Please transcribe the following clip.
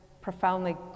profoundly